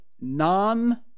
non